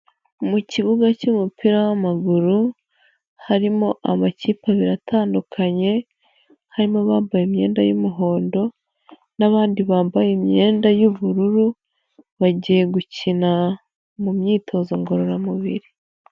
Mu kibuga cy'umupira w'amaguru, harimo amakipe abiri atandukanye, harimo abambaye imyenda y'umuhondo, n'abandi bambaye imyenda y'ubururu, bagiye gukina mu myitozo ngororamubiri.